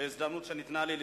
בהזדמנות שניתנה לי,